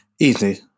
Easy